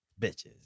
bitches